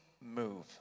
move